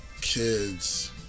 kids